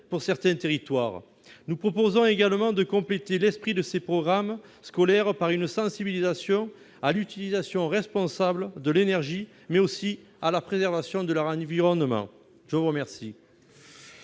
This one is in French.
pour certains territoires. Nous proposons également de compléter l'esprit de ces programmes scolaires par une sensibilisation à l'utilisation responsable de l'énergie, mais aussi à la préservation de l'environnement. L'amendement